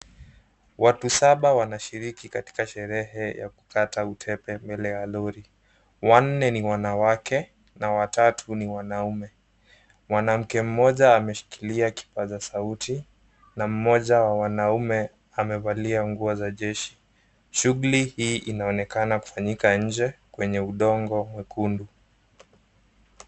Watu saba wanashiriki katika sherehe ya kukata utepe mbele ya lori. Wanne ni wanawake na watatu ni wanaume. Mwanamke mmoja ameshikilia kipaza sauti na mmoja ya wanaume amevalia nguo za jeshi. shugli hii inaonekana kufanyika nje kwenye udongo mwekundu.